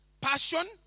passion